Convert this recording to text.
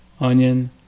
onion